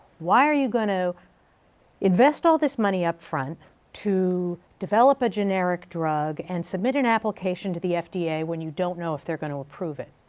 why are you going to invest all this money up front to develop a generic drug, and submit an application to the fda when you don't know if they're going to approve it?